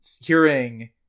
hearing